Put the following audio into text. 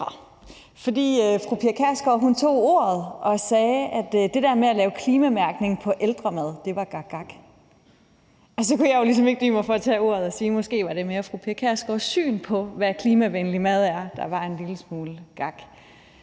hvor fru Pia Kjærsgaard tog ordet og sagde, at det der med at lave klimamærkning på ældremad var gakgak, og så kunne jeg jo ligesom ikke dy mig for at tage ordet og sige, at måske var det mere fru Pia Kjærsgaards syn på, hvad klimavenlig mad er, der var en lille smule gak.